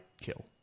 kill